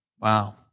Wow